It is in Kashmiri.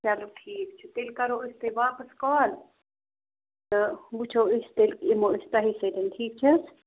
چلو ٹھیک چھُ تیٚلہِ کَرَو أسۍ تۄہہِ واپَس کال تہٕ وٕچھو أسۍ تیٚلہِ یِمو أسۍ توہی سۭتۍ ٹھیٖک چھےٚ حظ